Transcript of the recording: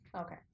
okay